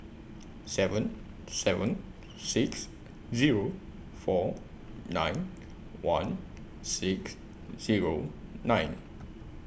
seven seven six Zero four nine one six Zero nine